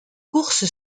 course